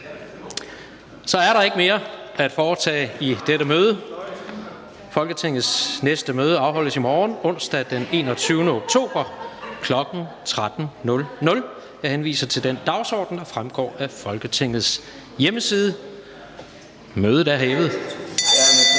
Så er der ikke mere at foretage i dette møde. Folketingets næste møde afholdes i morgen, onsdag den 21. oktober 2020, kl. 13.00. Jeg henviser til den dagsorden, der fremgår af Folketingets hjemmeside. Mødet er hævet.